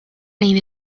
lejn